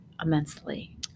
immensely